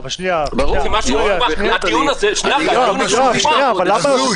הדיון הזה משהו מופרך.